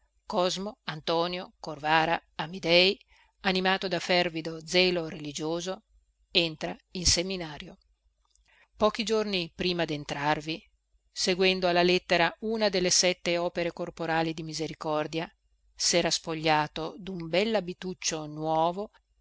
cosmo antonio corvara amidei animato da fervido zelo religioso entra in seminario pochi giorni prima dentrarvi seguendo alla lettera una delle sette opere corporali di misericordia sera spogliato dun bellabituccio nuovo